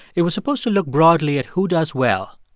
it was supposed to look broadly at who does well.